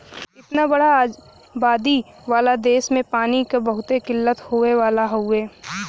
इतना बड़ा आबादी वाला देस में पानी क बहुत किल्लत होए वाला हउवे